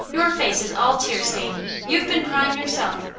your face is all tear stained. you've been crying, yourself.